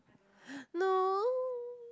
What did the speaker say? no